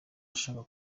ashaka